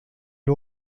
das